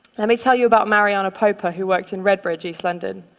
let me tell you about mariana popa who worked in redbridge, east london.